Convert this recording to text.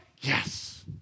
Yes